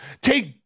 Take